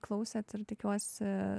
klausėt ir tikiuosi